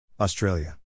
Australia